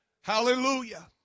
Hallelujah